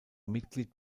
mitglied